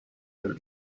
their